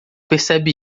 percebe